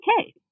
okay